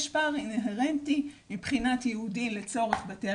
יש פער האינהרנטי מבחינת יהודי לצורך בתי